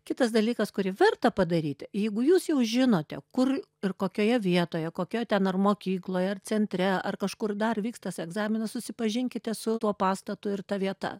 kitas dalykas kurį verta padaryti jeigu jūs jau žinote kur ir kokioje vietoje kokioje ten ar mokykloje ar centre ar kažkur dar vyks tas egzaminas susipažinkite su tuo pastatu ir ta vieta